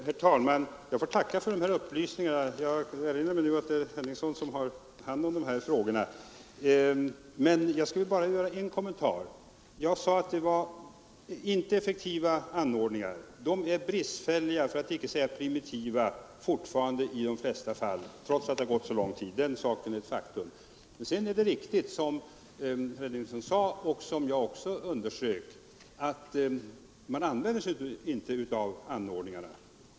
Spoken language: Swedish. Herr talman! Jag får tacka för upplysningarna; jag erinrar mig först nu att det är herr Henningsson som har hand om de här frågorna. Jag vill bara göra en kommentar. Jag sade att det inte var effektiva anordningar. De är fortfarande i de flesta fall bristfälliga, för att icke säga primitiva, trots att det gått så lång tid. Den saken är ett faktum. Sedan är det riktigt som herr Henningsson sade — jag har också understrukit detta — att man inte använder anordningarna.